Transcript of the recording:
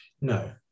no